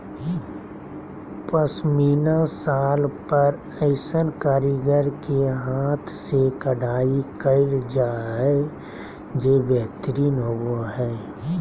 पश्मीना शाल पर ऐसन कारीगर के हाथ से कढ़ाई कयल जा हइ जे बेहतरीन होबा हइ